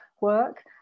work